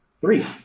Three